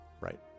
Right